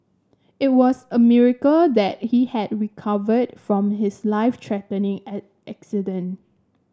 it was a miracle that he had recovered from his life threatening at accident